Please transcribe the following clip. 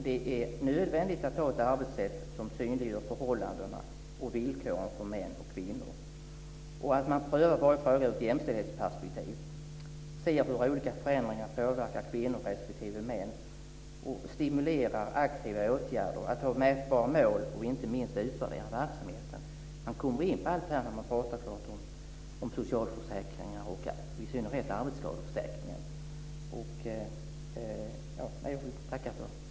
Det är nödvändigt att ha ett arbetssätt som synliggör förhållandena och villkoren för män och kvinnor, att pröva frågor ur ett jämställdhetsperspektiv, se hur olika förändringar påverkar kvinnor respektive män, stimulera aktiva åtgärder, ha mätbara mål och inte minst utvärdera verksamheten. Man kommer in på allt det här när man pratar om socialförsäkringar och i synnerhet arbetsskadeförsäkringen. Jag tackar för svaret.